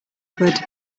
could